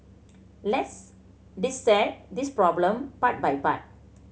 let's dissect this problem part by part